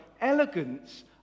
elegance